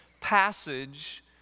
passage